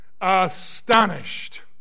astonished